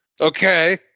Okay